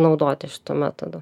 naudotis šituo metodu